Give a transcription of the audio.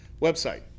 website